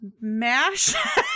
mash